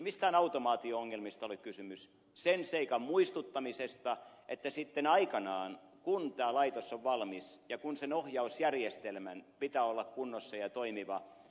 mistään automaatio ongelmista ei ole kysymys vaan sen seikan muistuttamisesta että sitten aikanaan kun tämä laitos on valmis sen ohjausjärjestelmän pitää olla kunnossa ja toimiva